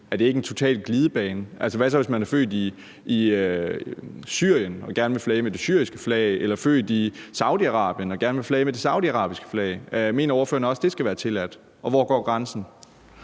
Er det ikke en total glidebane? Hvad så, hvis man er født i Syrien og gerne vil flage med det syriske flag eller født i Saudi-Arabien og gerne vil flage med det saudiarabiske flag? Mener ordføreren også, at det skal være tilladt, og hvor går grænsen?